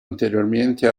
anteriormente